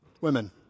women